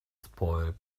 spoiled